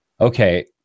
okay